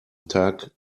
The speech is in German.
tag